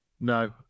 No